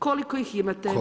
Koliko ih imate?